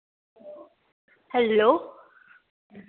hello